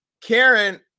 Karen